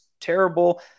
terrible